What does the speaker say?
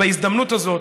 בהזדמנות הזאת,